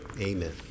Amen